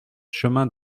chemin